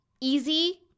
easy